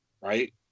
right